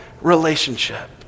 relationship